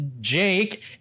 Jake